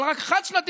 אבל רק חד-שנתי,